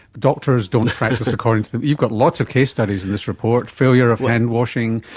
doctors don't practice according to, you've got lots of case studies in this report failure of hand washing,